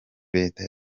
leta